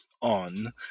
on